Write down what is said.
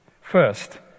First